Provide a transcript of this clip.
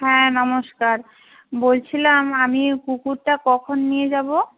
হ্যাঁ নমস্কার বলছিলাম আমি কুকুরটা কখন নিয়ে যাব